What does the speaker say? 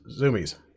Zoomies